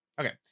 okay